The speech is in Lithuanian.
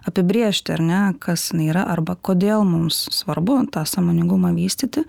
apibrėžti ar ne kas jinai yra arba kodėl mums svarbu tą sąmoningumą vystyti